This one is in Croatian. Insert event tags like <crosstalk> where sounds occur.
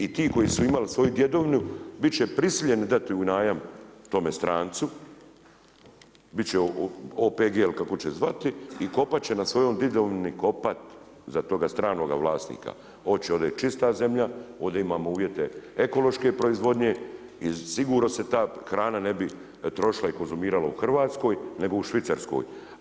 I ti koji su imali svoju djedovinu bit će prisiljeni dati u najam tome strancu OPG-e ili kako će zvati i kopat će na svojoj djedovini kopati za toga stranoga vlasnika. ... <unintelligible> Ovdje je čista zemlja, ovdje imamo uvjete ekološke proizvodnje i sigurno se ta hrana ne bi trošila i konzumirala u Hrvatskoj, nego u Švicarskoj.